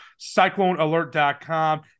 CycloneAlert.com